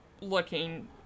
looking